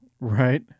Right